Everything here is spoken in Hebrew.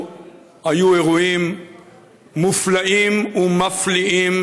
היו אירועים מופלאים ומפליאים,